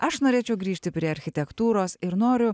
aš norėčiau grįžti prie architektūros ir noriu